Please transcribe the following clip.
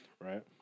Right